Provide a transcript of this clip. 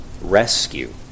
rescue